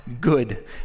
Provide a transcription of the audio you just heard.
good